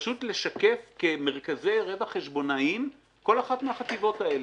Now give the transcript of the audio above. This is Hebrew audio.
פשוט לשקף כמרכזי רווח חשבונאיים כל אחת מהחטיבות האלה.